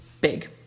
big